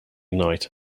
night